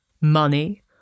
money